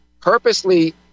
purposely